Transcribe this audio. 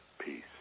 Peace